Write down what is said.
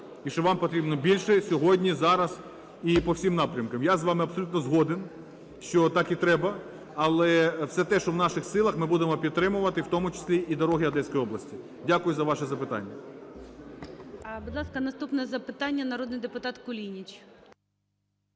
і що вам потрібно більше, і сьогодні, зараз і по всім напрямкам, я з вами абсолютно згоден, що так і треба. Але все те, що у наших силах, ми будемо підтримувати, в тому числі і дороги Одеської області. Дякую за ваше запитання.